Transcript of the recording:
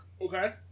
okay